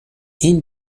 این